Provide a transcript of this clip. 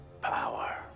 power